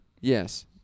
Yes